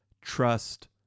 Trust